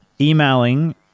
emailing